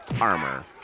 armor